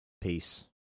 peace